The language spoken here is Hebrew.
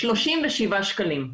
37 שקלים.